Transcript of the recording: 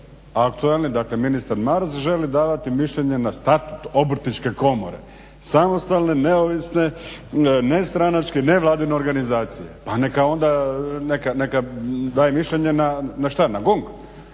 dakle ministar Maras želi davati mišljenje na Statut Obrtničke komore samostalne neovisne nestranačke nevladine organizacije pa neka onda, neka daje mišljenje na šta, na GONG,